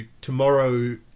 tomorrow